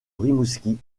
rimouski